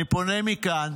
אני פונה מכאן